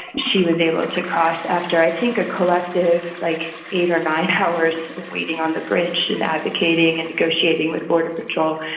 she was able to cross after, i think, a collective like eight or nine hours of waiting on the bridge and advocating and negotiating with border patrol.